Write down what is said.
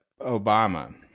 Obama